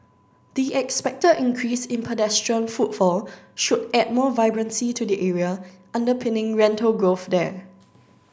the expected increase in pedestrian footfall should add more vibrancy to the area underpinning rental growth there